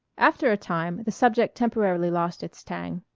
after a time the subject temporarily lost its tang.